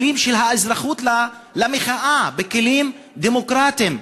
שהם השתמשו בכלים של האזרחות למחאה בכלים דמוקרטיים.